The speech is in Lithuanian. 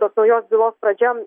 tos naujos bylos pradžia